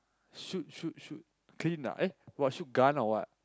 shoot shoot shoot clean ah eh !wah! shoot gun or what